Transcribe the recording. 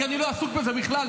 כי אני לא עסוק בזה בכלל,